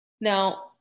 Now